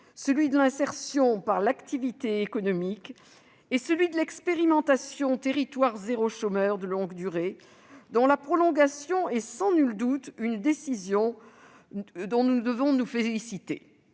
part, l'insertion par l'activité économique, d'autre part, l'expérimentation « territoires zéro chômeur de longue durée », dont la prolongation est sans nul doute une décision dont nous devons nous féliciter.